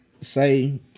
say